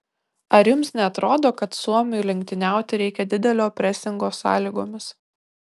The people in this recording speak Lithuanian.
ar jums neatrodo kad suomiui lenktyniauti reikia didelio presingo sąlygomis